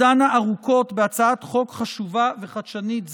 דנה ארוכות בהצעת חוק חשובה וחדשנית זו,